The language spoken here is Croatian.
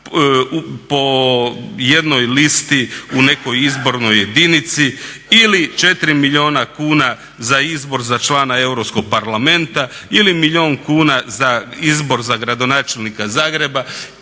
po jednoj listi u nekoj izbornoj jedinici ili 4 milijuna kuna za izbor za člana Europskog parlamenta, ili milijuna kuna za izbor gradonačelnika Zagreba